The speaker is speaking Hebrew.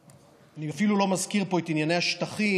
אני אפילו לא מזכיר פה את ענייני השטחים